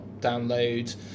download